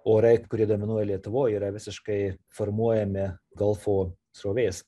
orai kurie dominuoja lietuvoj yra visiškai formuojami golfo srovės